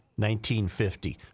1950